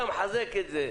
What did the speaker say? אתה מחזק את זה.